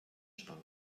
schrank